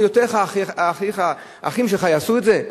אחיותיך, אחיך, האחים שלך יעשו את זה?